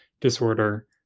disorder